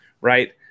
right